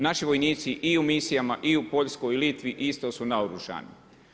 Naši vojnici i u misijama i u Poljskoj i u Litvi isto su naoružani.